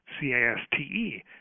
C-A-S-T-E